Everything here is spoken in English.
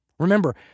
Remember